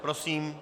Prosím.